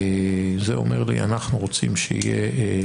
ואומר לך שאנחנו רוצים יותר,